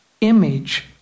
image